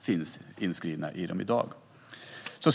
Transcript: finns inskrivna i dem i dag.